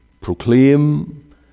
proclaim